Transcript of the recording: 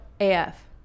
AF